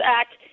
Act